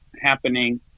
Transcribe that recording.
happening